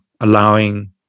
allowing